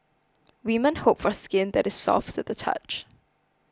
women hope for skin that is soft to the touch